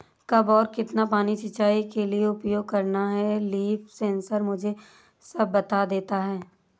कब और कितना पानी सिंचाई के लिए उपयोग करना है लीफ सेंसर मुझे सब बता देता है